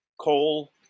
coal